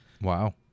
wow